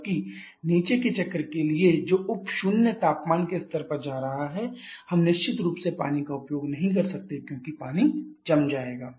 जबकि नीचे के चक्र के लिए जो उप शून्य तापमान के स्तर पर जा रहा है हम निश्चित रूप से पानी का उपयोग नहीं कर सकते क्योंकि पानी जम जाएगा